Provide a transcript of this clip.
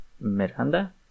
Miranda